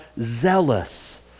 zealous